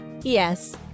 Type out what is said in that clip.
Yes